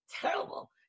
terrible